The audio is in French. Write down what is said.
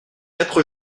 quatre